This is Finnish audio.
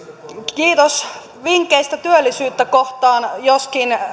kiitos vinkeistä työllisyyttä kohtaan joskin